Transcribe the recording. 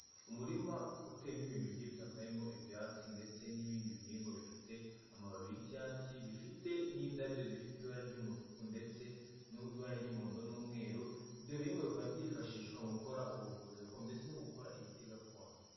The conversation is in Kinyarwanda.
Umurima uteyemo ibintu bigiye bitandukanye harimo ibyatsi ndetse n'ibindi bihingwa bifite amababi y'icyatsi bifite n'indabyo zifite ibara ry'umutuku ndetse n'ibara ry'umuhondo n'umweru. Ibyohingwa bikaba byifashishwa mu gukora ubuvuzi ndetse no gukora imiti gakondo.